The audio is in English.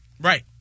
Right